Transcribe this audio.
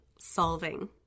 solving